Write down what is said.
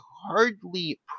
hardly